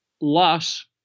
loss